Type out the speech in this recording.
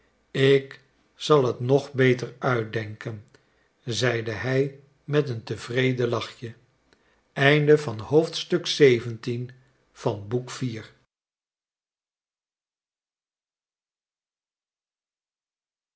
ik zal het nog beter uitdenken zeide hij met een tevreden lachje